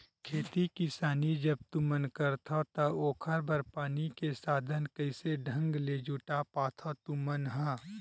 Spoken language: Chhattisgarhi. खेती किसानी जब तुमन करथव त ओखर बर पानी के साधन कइसे ढंग ले जुटा पाथो तुमन ह?